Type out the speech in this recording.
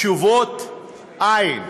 תשובות, אַין.